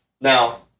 Now